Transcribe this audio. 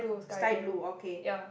sky blue okay